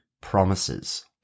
Promises